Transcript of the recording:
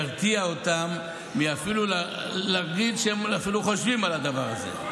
זה ירתיע אותם אפילו להגיד שהם חושבים על הדבר הזה.